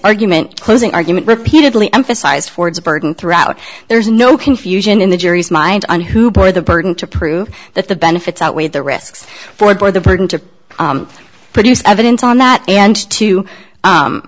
argument closing argument repeatedly emphasized ford's burden throughout there is no confusion in the jury's mind on who bore the burden to prove that the benefits outweigh the risks for the person to produce evidence on that and to